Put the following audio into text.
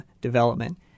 development